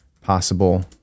possible